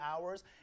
hours